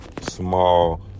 small